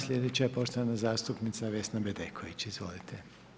Sljedeća je poštovana zastupnica Vesna Bedeković, izvolite.